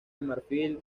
marfil